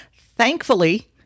thankfully